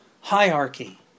hierarchy